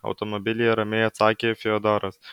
automobilyje ramiai atsakė fiodoras